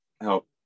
help